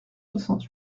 soixante